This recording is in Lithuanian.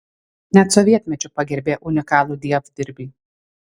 net sovietmečiu pagerbė unikalų dievdirbį